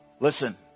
Listen